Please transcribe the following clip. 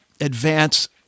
advance